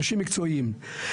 אנשים מקצועיים.